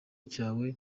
cyawe